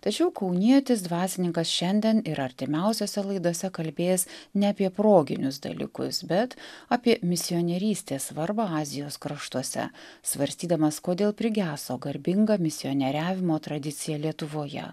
tačiau kaunietis dvasininkas šiandien ir artimiausiose laidose kalbės ne apie proginius dalykus bet apie misionierystės svarbą azijos kraštuose svarstydamas kodėl prigeso garbinga misionieriavimo tradicija lietuvoje